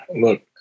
Look